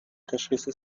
تشخیص